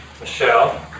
Michelle